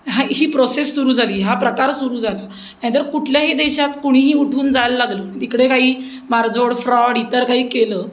हा ही प्रोसेस सुरू झाली हा प्रकार सुरू झाला नाहीतर कुठल्याही देशात कोणीही उठून जायला लागलं तिकडे काही मारझोड फ्रॉड इतर काही केलं